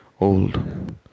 old